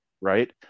right